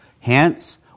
Hence